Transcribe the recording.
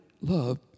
love